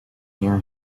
year